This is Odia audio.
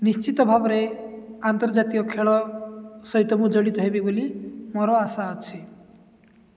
ନିଶ୍ଚିତ ଭାବରେ ଆନ୍ତର୍ଜାତୀୟ ଖେଳ ସହିତ ମୁଁ ଜଡ଼ିତ ହେବି ବୋଲି ମୋର ଆଶା ଅଛି